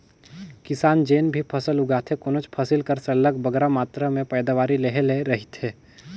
किसान जेन भी फसल उगाथे कोनोच फसिल कर सरलग बगरा मातरा में पएदावारी लेहे ले रहथे